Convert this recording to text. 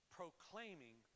proclaiming